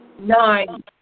Nine